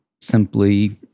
simply